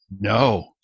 No